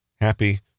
happy